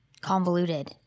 convoluted